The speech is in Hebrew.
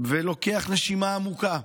ונשימה ארוכה,